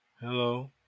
hello